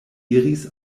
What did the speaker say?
iris